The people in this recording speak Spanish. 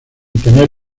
tener